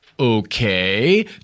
Okay